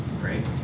right